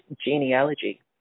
genealogy